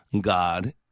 God